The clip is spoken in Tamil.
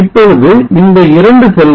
இப்பொழுது இந்த 2 செல்கள்